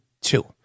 two